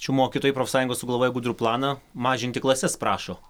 čiau mokytojai profsąjungos sugalvojo gudrių planą mažinti klases prašo